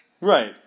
Right